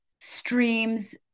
streams